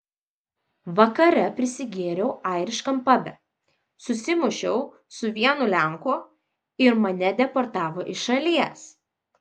vakare prisigėriau airiškam pabe susimušiau su vienu lenku ir mane deportavo iš šalies